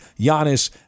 Giannis